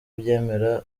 abyemera